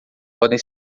podem